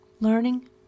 learning